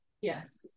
Yes